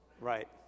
Right